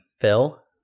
Phil